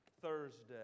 Thursday